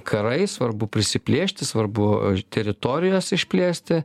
karai svarbu prisiplėšti svarbu teritorijas išplėsti